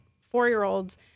four-year-olds